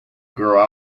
grow